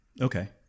Okay